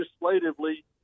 legislatively